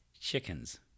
chickens